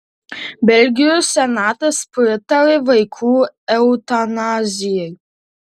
belgijos senatas pritarė vaikų eutanazijai